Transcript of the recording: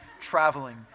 traveling